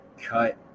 cut